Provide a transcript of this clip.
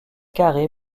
carrée